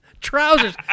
Trousers